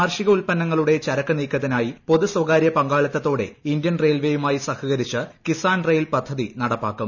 കാർഷിക ഉൽപ്പന്നങ്ങളുടെ ചരക്ക് നീക്കത്തിനായി പൊതു സ്ഥകാര്യ പങ്കാളിത്തതോടെ ഇന്ത്യൻ റെയിൽവെയുമായി സഹകരിച്ച് കിസാൻ റെയിൽ പദ്ധതി നടപ്പാക്കും